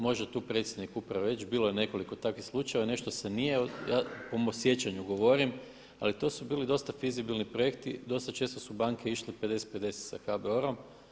Može tu predsjednik uprave reći, bilo je nekoliko takvih slučajeva, nešto se nije po mom sjećanju govorim, ali to su bili dosta fizibilni projekti, dosta često su banke išle 50-50 sa HBOR-om.